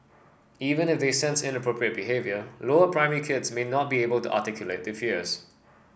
even if they sense inappropriate behaviour lower primary kids may not be able to articulate their fears